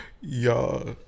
Y'all